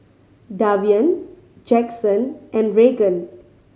Davian Jackson and Regan